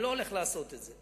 אני לא הולך לעשות את זה.